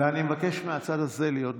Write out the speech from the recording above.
ואני מבקש מהצד הזה להיות בשקט.